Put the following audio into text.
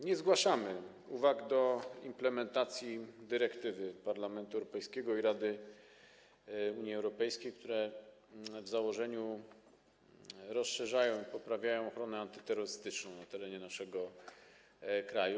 Nie zgłaszamy uwag do implementacji dyrektywy Parlamentu Europejskiego i Rady Unii Europejskiej, które w założeniu rozszerzają i poprawiają ochronę antyterrorystyczną na terenie naszego kraju.